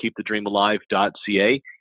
keepthedreamalive.ca